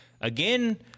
again